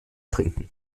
trinken